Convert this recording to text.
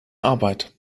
arbeit